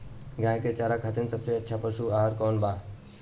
गाय के चारा खातिर सबसे अच्छा पशु आहार कौन बा?